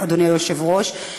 אדוני היושב-ראש.